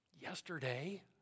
yesterday